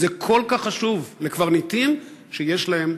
וזה כל כך חשוב לקברניטים שיש להם